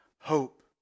Hope